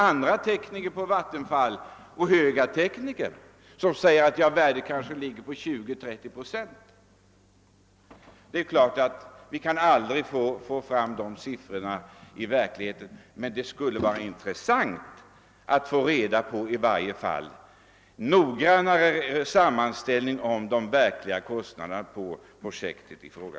Höga tekniker vid Vattenfall menar att värdet kanske uppgår till 20—30 procent. Det är klart att vi aldrig kan få fram säkra siffror, men det skulle vara intressant att i varje fall erhålla en mer noggrann sammanställning över de verkliga kostnaderna för projektet i fråga.